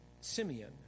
Simeon